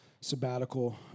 sabbatical